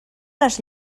les